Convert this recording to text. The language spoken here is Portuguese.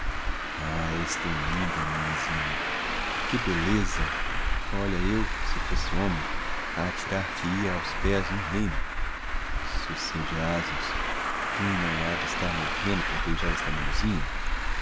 ah és tão linda minha zina que belleza olha eu se fosse homem atirar te hia aos pés um reino sucia de asnos quem não ha de estar morrendo por beijar esta mãozinha